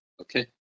Okay